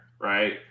right